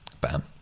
bam